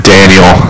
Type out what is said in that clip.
Daniel